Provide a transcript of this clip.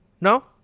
No